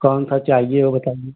कौन सा चाहिए वो बताइए